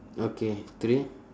okay three